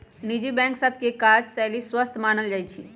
निजी बैंक सभ के काजशैली स्वस्थ मानल जाइ छइ